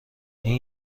این